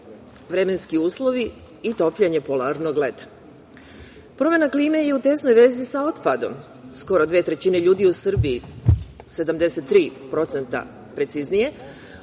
vremenski uslovi i topljenje polarnog leda. Promena klime je u tesnoj vezi sa otpadom. Skoro dve trećine ljudi u Srbiji, 73% preciznije